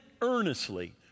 earnestly